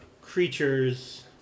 creatures